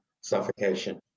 suffocation